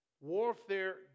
warfare